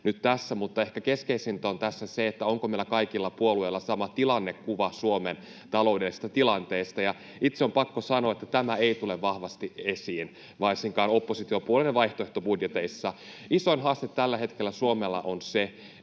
Mutta ehkä keskeisintä on tässä se, onko meillä kaikilla puolueilla sama tilannekuva Suomen taloudellisesta tilanteesta. Itse on pakko sanoa, että tämä ei tule vahvasti esiin varsinkaan oppositiopuolueiden vaihtoehtobudjeteissa. Isoin haaste tällä hetkellä Suomella on se,